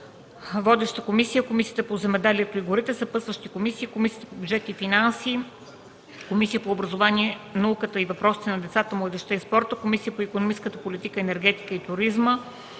Водеща е Комисията по земеделието и горите. Съпътстващи са Комисията по бюджет и финанси, Комисията по образованието, науката и въпросите на децата, младежта и спорта, Комисията по икономическата политика, енергетика и туризъм,